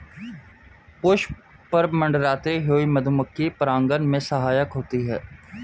पुष्प पर मंडराती हुई मधुमक्खी परागन में सहायक होती है